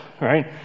right